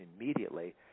immediately